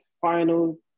final